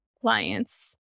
clients